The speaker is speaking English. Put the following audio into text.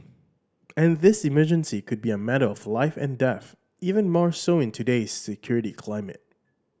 and this emergency could be a matter of life and death even more so in today's security climate